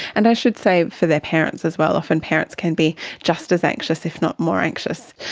and i should say, for their parents as well. often parents can be just as anxious, if not more anxious.